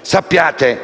Sappiate,